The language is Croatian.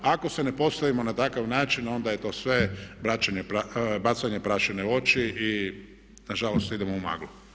Ako se ne postavimo na takav način onda je to sve bacanje prašine u oči i nažalost idemo u maglu.